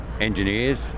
engineers